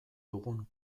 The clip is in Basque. dugun